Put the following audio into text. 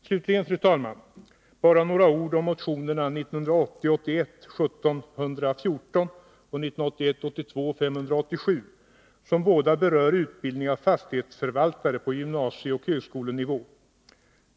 Slutligen, fru talman, bara några ord om motionerna 1980 82:587 som båda berör utbildning av fastighetsförvaltare på gymnasieoch högskolenivå.